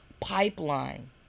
pipeline